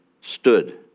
stood